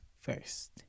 first